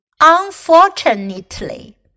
Unfortunately